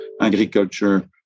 agriculture